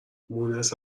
مونس